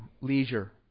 leisure